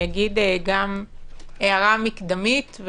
אומר גם הערה מקדמית,